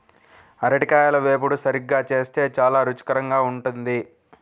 అరటికాయల వేపుడు సరిగ్గా చేస్తే చాలా రుచికరంగా ఉంటుంది